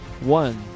one